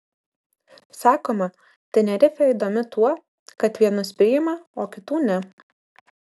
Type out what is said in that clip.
sakoma tenerifė įdomi tuo kad vienus priima o kitų ne